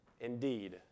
indeed